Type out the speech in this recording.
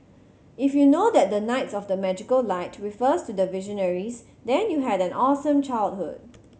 if you know that the knights of the magical light refers to the Visionaries then you had an awesome childhood